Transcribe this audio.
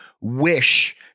wish